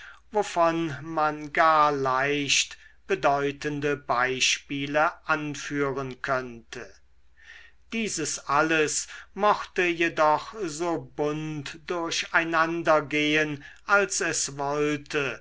wovon man gar leicht bedeutende beispiele anführen könnte dieses alles mochte jedoch so bunt durch einander gehen als es wollte